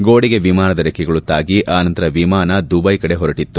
ಗೋಡೆಗೆ ವಿಮಾನದ ರೆಕ್ಕೆಗಳು ತಾಗಿ ಅನಂತರ ವಿಮಾನ ದುಬ್ಲೆ ಕಡೆ ಹೊರಟತ್ತು